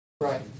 Right